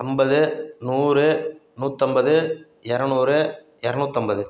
ஐம்பது நூறு நூற்றம்பது இரநூறு இரநூத்தம்பது